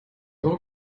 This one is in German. euro